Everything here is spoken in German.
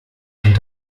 sind